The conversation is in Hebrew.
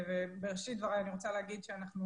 בראשית דבריי אני רוצה להגיד שאנחנו